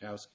cows